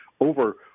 over